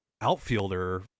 outfielder